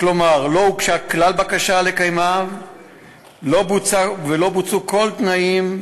כלומר לא הוגשה כלל בקשה לקיימה ולא בוצעו כל תנאים,